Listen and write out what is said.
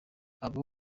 abo